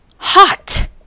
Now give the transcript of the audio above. Hot